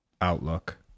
outlook